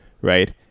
right